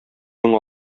мең